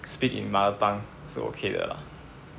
speak in mother tongue 是 okay 的啦